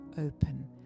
open